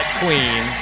queen